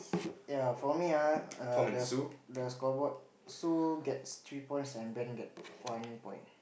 ya for me ah the the scoreboard Sue gets three points and Ben get one point